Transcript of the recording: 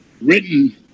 written